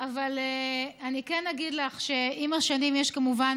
אבל אני כן אגיד לך שעם השנים יש כמובן